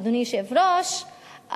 אדוני היושב-ראש,